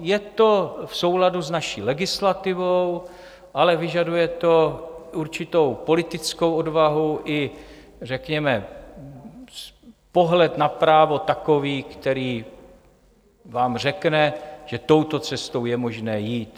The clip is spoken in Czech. Je to v souladu s naší legislativou, ale vyžaduje to určitou politickou odvahu, i řekněme pohled na právo takový, který vám řekne, že touto cestou je možné jít.